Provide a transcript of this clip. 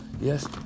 Yes